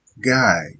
guy